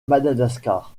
madagascar